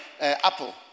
Apple